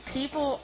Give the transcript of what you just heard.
People